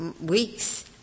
weeks